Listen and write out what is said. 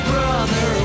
Brother